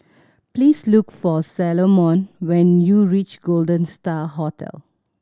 please look for Salomon when you reach Golden Star Hotel